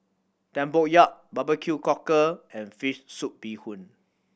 tempoyak barbecue cockle and fish soup bee hoon